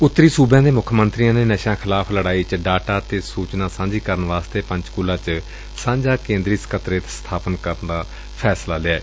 ਉੱਤਰੀ ਸੁਬਿਆਂ ਦੇ ਮੁੱਖ ਮੰਤਰੀਆਂ ਨੇ ਨਸ਼ਿਆਂ ਵਿਰੁੱਧ ਲੜਾਈ ਵਿੱਚ ਡਾਟਾ ਤੇ ਸੁਚਨਾ ਸਾਂਝੀ ਕਰਨ ਵਾਸਤੇ ਪੰਚਕੁਲਾ ਵਿਖੇ ਸਾਂਝਾਕੇ ਂਦਰੀ ਸਕੱਤਰੇਤ ਸਬਾਪਤ ਕਰਨ ਲਈ ਫੈਸਲਾ ਲਿਐ